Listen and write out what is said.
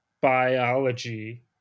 biology